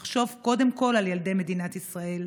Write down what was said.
תחשוב קודם כול על ילדי מדינת ישראל.